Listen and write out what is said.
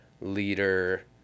leader